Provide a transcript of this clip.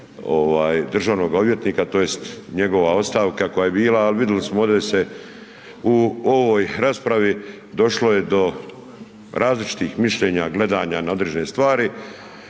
državnog odvjetnika tj. njegova ostavka koja je bila ali vidjeli smo ovdje se u ovoj raspravi, došlo je do različitih mišljenja, gledanja na određene stvari,